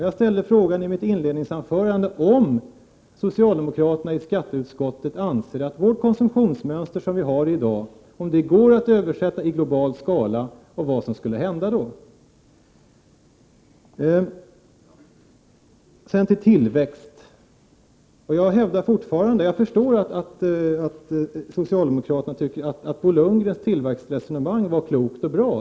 Jag frågade i mitt inledningsanförande om socialdemokraterna i skatteutskottet anser att vårt konsumtionsmönster går att översätta i global skala och vad som då skulle hända. Jag förstår att socialdemokraterna tycker att Bo Lundgrens tillväxtresonemang var klokt och bra.